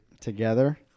Together